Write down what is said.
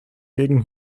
gegen